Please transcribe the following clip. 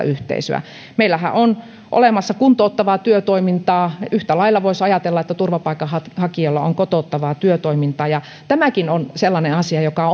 yhteisöä meillähän on olemassa kuntouttavaa työtoimintaa yhtä lailla voisi ajatella että turvapaikanhakijoilla on kotouttavaa työtoimintaa tämäkin on sellainen asia joka